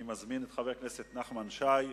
אני מזמין את חבר הכנסת נחמן שי,